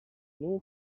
luke